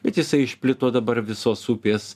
bet jisai išplito dabar visos upės